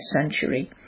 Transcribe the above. century